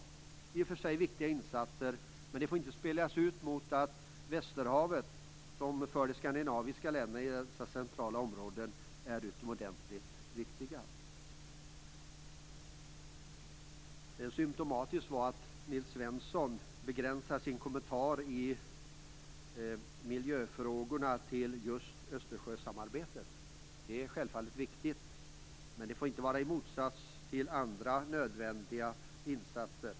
Det är i och för sig fråga om viktiga insatser, men de får inte spelas ut mot Västerhavet, som för de skandinaviska länderna i dessa centrala områden är utomordentligt viktigt. Symtomatiskt är att Nils T Svensson begränsar sin kommentar i miljöfrågorna till att gälla just Östersjösamarbetet. Det är självfallet viktigt, men det får inte stå i motsats till andra nödvändiga insatser.